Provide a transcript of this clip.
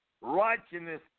righteousness